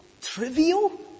trivial